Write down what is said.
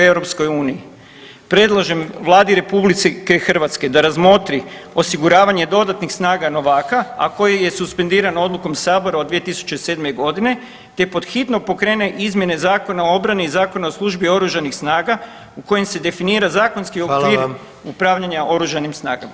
Predlažem Vladi RH da razmotri osiguravanje dodatnih snaga novaka, a koji je suspendiran odlukom sabora od 2007.g. te pod hitno pokrene izmjene Zakona o obrani i Zakona o službi oružanih snaga u kojim se definira zakonski okvir [[Upadica predsjednik: Hvala vam.]] upravljanja oružanim snagama.